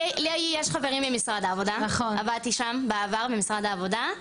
לי יש חברים ממשרד העבודה עבדתי שם בעבר במשרד העבודה,